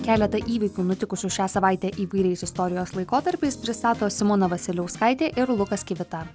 keleta įvykių nutikusių šią savaitę įvairiais istorijos laikotarpiais pristato simona vasiliauskaitė ir lukas kivita